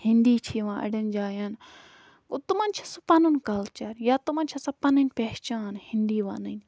ہِنٛدی چھِ یِوان اَڑٮ۪ن جایَن گوٚو تِمَن چھِ سُہ پَنُن کَلچَر یا تِمَن چھےٚ سۄ پَنٕنۍ پہچان ہِنٛدی وَنٕنۍ